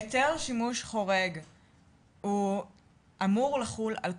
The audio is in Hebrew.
היתר שימוש חורג אמור לחול על כולם.